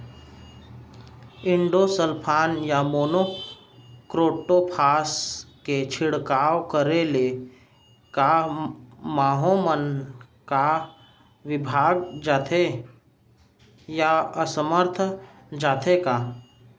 Endosulfan या monocrotophos के छिड़काव करे ले क माहो मन का विभाग जाथे या असमर्थ जाथे का?